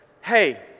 hey